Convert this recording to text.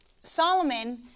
Solomon